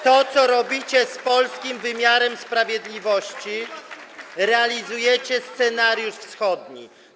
To, co robicie z polskim wymiarem sprawiedliwości, to realizowanie scenariusza wschodniego.